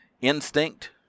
instinct